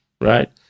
right